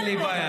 אין לי בעיה.